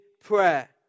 prayer